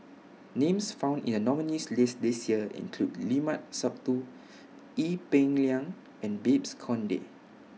Names found in The nominees' list This Year include Limat Sabtu Ee Peng Liang and Babes Conde